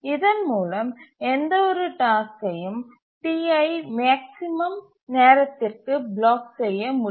இதன்மூலம் எந்தவொரு டாஸ்க்யையும் Tஐ மேக்ஸிமம் நேரத்திற்கு பிளாக் செய்ய முடியும்